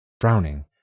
Frowning